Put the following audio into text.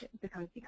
becomes